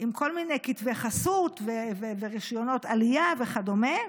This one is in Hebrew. עם כל מיני כתבי חסות, רישיונות עלייה וכדומה.